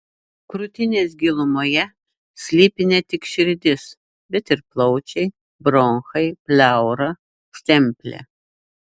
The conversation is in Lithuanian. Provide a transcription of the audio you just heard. krūtinės gilumoje slypi ne tik širdis bet ir plaučiai bronchai pleura stemplė